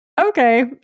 okay